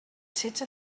setze